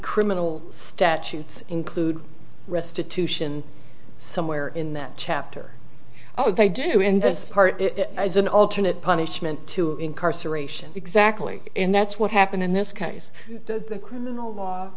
criminal statutes include restitution somewhere in that chapter oh they do in this part it is an alternate punishment to incarceration exactly and that's what happened in this case the criminal law